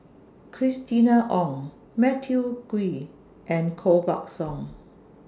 Christina Ong Matthew Ngui and Koh Buck Song